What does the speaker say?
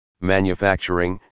manufacturing